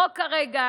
החוק כרגע,